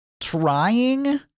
trying